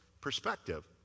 perspective